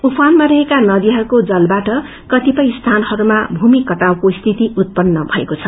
उफानमा रहेका नदीहरूको जलवाट कतिपव स्थानहरूमा भूमि कटाक्को स्थित उत्तन्न भएको छ